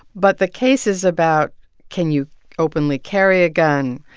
but the case is about can you openly carry a gun?